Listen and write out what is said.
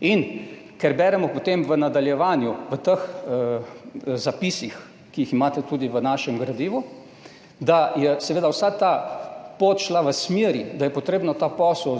In ker beremo potem v nadaljevanju v teh zapisih, ki jih imate tudi v našem gradivu, da je seveda vsa ta pot šla v smeri, da je potrebno ta posel